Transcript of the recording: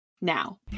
now